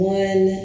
one